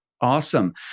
Awesome